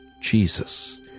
Jesus